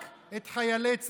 רק את חיילי צה"ל: